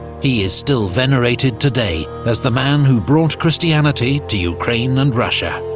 he is still venerated today as the man who brought christianity to ukraine and russia.